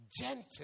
gentle